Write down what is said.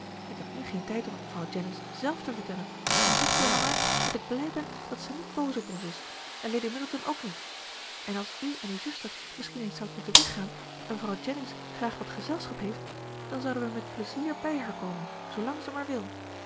ik heb nu geen tijd om t mevrouw jennings zelf te vertellen maar zegt u haar maar dat ik blij ben dat ze niet boos op ons is en lady middleton ook niet en als u en uw zuster misschien eens zoudt moeten weggaan en mevrouw jennings graag wat gezelschap heeft dan zouden wij met pleizier bij haar komen zoolang ze maar wil